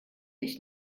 ich